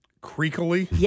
Creakily